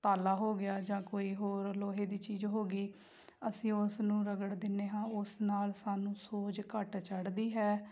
ਤਾਲਾ ਹੋ ਗਿਆ ਜਾਂ ਕੋਈ ਹੋਰ ਲੋਹੇ ਦੀ ਚੀਜ਼ ਹੋ ਗਈ ਅਸੀਂ ਉਸ ਨੂੰ ਰਗੜ ਦਿੰਦੇ ਹਾਂ ਉਸ ਨਾਲ ਸਾਨੂੰ ਸੋਜ ਘੱਟ ਚੜਦੀ ਹੈ